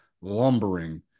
lumbering